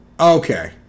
okay